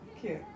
Cute